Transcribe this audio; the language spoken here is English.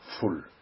full